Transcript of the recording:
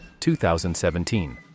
2017